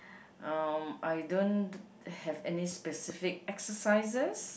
um I don't have any specific exercises